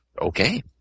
Okay